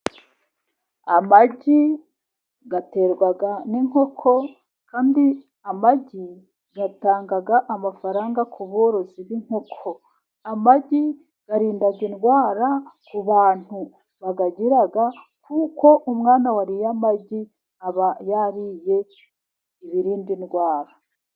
Amagi aterwa n'inkoko, kandi amagi atanga amafaranga ku borozi b'inkoko. Amagi arinda indwara ku bantu bayagira kuko umwana wariye amagi aba yariye ibirinda indwara.